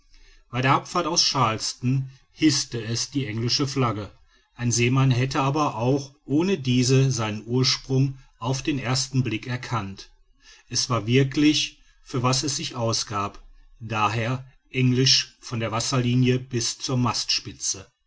bei der abfahrt aus charleston hißte es die englische flagge ein seemann hätte aber auch ohne diese seinen ursprung auf den ersten blick erkannt es war wirklich für was es sich ausgab d h englisch von der wasserlinie bis zur